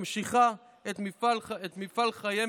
ממשיכה את מפעל חייהם,